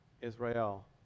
Israel